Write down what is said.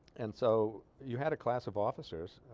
and so you had a class of officers